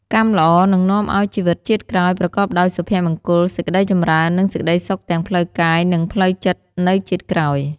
កម្មល្អនឹងនាំឲ្យជីវិតជាតិក្រោយប្រកបដោយសុភមង្គល សេចក្ដីចម្រើន និងសេចក្ដីសុខទាំងផ្លូវកាយ និងផ្លូវចិត្តនៅជាតិក្រោយ។